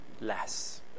less